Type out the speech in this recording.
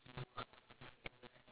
that's very nice of her eh